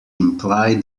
imply